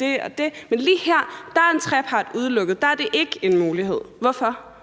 det og det. Men lige her er en trepartsaftale udelukket; der er det ikke en mulighed. Hvorfor?